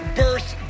birth